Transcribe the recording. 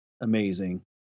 amazing